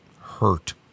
hurt